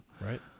right